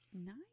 nice